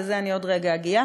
לזה אני עוד רגע אגיע,